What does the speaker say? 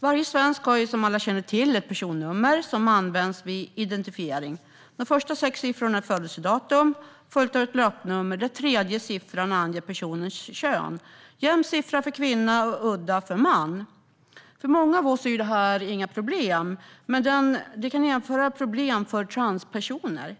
Varje svensk har, som alla känner till, ett personnummer som används vid identifiering. De första sex siffrorna är födelsedatumet, vilket följs av ett löpnummer där den tredje siffran anger personens kön - jämn siffra för kvinna och udda för man. För många av oss är detta inga problem, men det kan innebära problem för transpersoner.